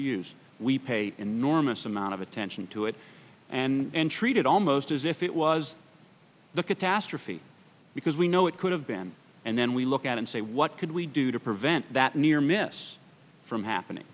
used we pay enormous amount of attention to it and treated almost as if it was the catastrophe because we know it could have been and then we look at and say what could we do to prevent that near miss from happening